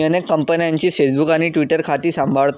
मी अनेक कंपन्यांची फेसबुक आणि ट्विटर खाती सांभाळतो